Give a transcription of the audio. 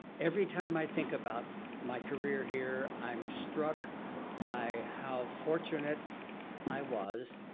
every time i think about my career here, i'm struck by how fortunate i was